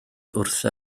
wrtha